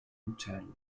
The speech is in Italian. uccelli